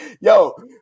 Yo